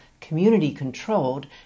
community-controlled